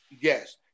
Yes